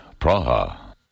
Praha